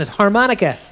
harmonica